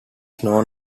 known